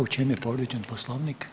U čemu je povrijeđen poslovnik?